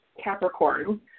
Capricorn